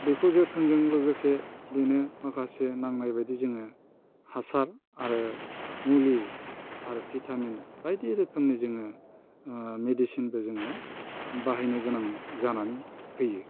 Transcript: बेखौ जोथोनजों लोगोसे बेनो माखासे नांनायबायदि जोङो हासार आरो मुलि आरो भिटामिन बायदि रोखोमनि जोङो मेडिसिनबो जोङो बाहायनो गोनां जानानै फैयो